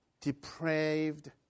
depraved